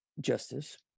Justice